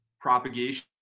propagation